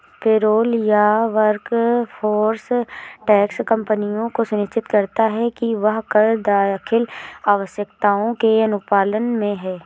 payroll या workforce tax कंपनियों को सुनिश्चित करता है कि वह कर दाखिल आवश्यकताओं के अनुपालन में है